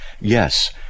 Yes